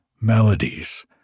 melodies